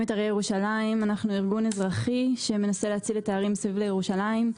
אנחנו ארגון אזרחי שמנסה להציל את ההרים מסביב לירושלים.